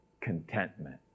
contentment